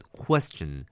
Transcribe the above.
question